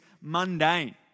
mundane